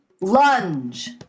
Lunge